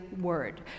word